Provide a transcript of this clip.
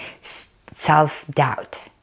self-doubt